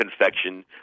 infection